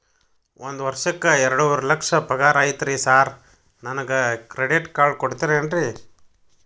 ಒಂದ್ ವರ್ಷಕ್ಕ ಎರಡುವರಿ ಲಕ್ಷ ಪಗಾರ ಐತ್ರಿ ಸಾರ್ ನನ್ಗ ಕ್ರೆಡಿಟ್ ಕಾರ್ಡ್ ಕೊಡ್ತೇರೆನ್ರಿ?